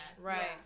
Right